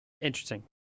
Interesting